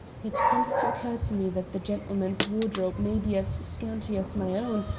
it comes to occur to me that the gentleman's wardrobe may be as scanty as my own,